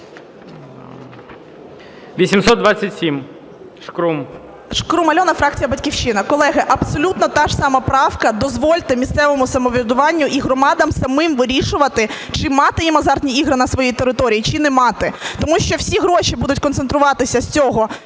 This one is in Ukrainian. А.І. Шкрум Альона, фракція "Батьківщина". Колеги, абсолютно та ж сама правка. Дозвольте місцевому самоврядуванню і громадам самим вирішувати, чи мати їм азартні ігри на своїй території чи не мати. Тому що всі гроші будуть концентруватися з цього